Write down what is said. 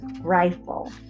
rifle